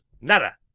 Nada